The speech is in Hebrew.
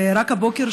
ורק הבוקר,